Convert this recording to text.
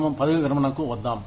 మనం పదవి విరమణకు వద్దాం